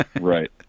Right